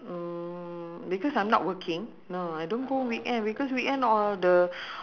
yes so she said she need to standardise but probably uh